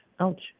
Ouch